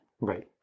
Right